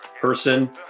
person